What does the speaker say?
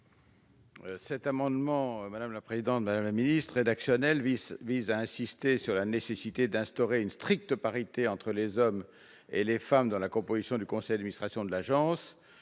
développement durable ? Cet amendement rédactionnel vise à insister sur la nécessité d'instaurer une stricte parité entre les hommes et les femmes dans la composition du conseil d'administration de l'Agence.